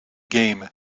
game